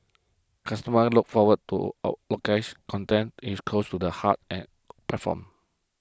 customers look forward to old low case content is close to the hearts and platforms